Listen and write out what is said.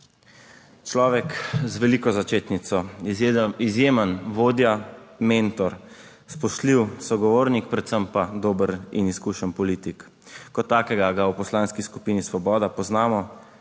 Človek z veliko začetnico, izjemen, izjemen vodja, mentor, spoštljiv sogovornik, predvsem pa dober in izkušen politik. Kot takega ga v poslanski skupini Svoboda poznamo,